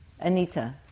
Anita